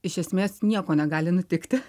iš esmės nieko negali nutikti